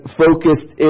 focused